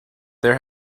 there